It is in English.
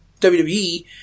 WWE